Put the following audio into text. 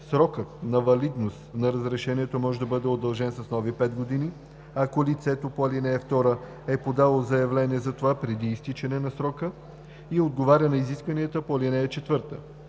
„Срокът на валидност на разрешението може да бъде удължен с нови 5 години, ако лицето по ал. 2 е подало заявление за това преди изтичане на срока и отговаря на изискванията по ал. 4.